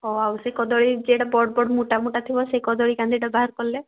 ଆଉ ସେ କଦଳୀ ଯେଉଁଟା ବଡ଼ ବଡ଼ ମୋଟା ମୋଟା ଥିବ ସେଇ କଦଳୀ କାନ୍ଦିଟା ବାହାର କଲେ